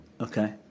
Okay